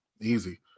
easy